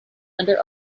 under